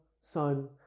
Son